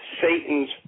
satan's